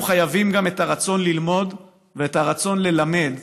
אנחנו חייבים גם את הרצון ללמוד ואת הרצון ללמד